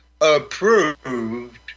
approved